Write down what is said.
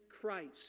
Christ